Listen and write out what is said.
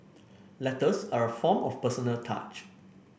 letters are a form of personal touch